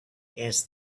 asked